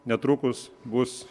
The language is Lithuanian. netrukus bus